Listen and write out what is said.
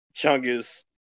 Chungus